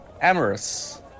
Amorous